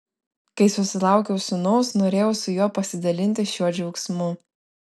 kai susilaukiau sūnaus norėjau su juo pasidalinti šiuo džiaugsmu